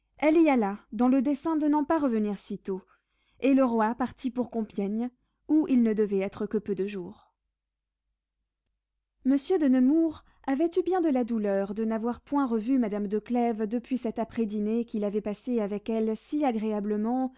dans le dessein de n'en pas revenir sitôt et le roi partit pour compiègne où il ne devait être que peu de jours monsieur de nemours avait eu bien de la douleur de n'avoir point revu madame de clèves depuis cette